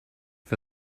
for